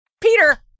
Peter